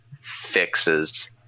fixes